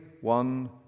one